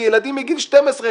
כי ילדים מגיל 12,